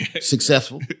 Successful